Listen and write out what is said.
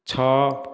ଛଅ